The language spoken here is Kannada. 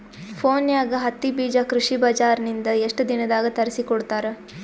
ಫೋನ್ಯಾಗ ಹತ್ತಿ ಬೀಜಾ ಕೃಷಿ ಬಜಾರ ನಿಂದ ಎಷ್ಟ ದಿನದಾಗ ತರಸಿಕೋಡತಾರ?